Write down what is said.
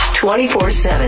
24-7